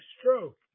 stroke